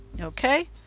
okay